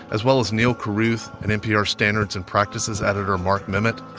as well as neal carruth and npr's standards and practices editor mark memmott,